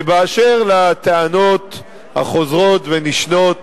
ואשר לטענות החוזרות ונשנות